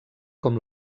com